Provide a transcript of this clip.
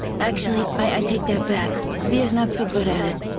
actually, i take that back via's not so good at it.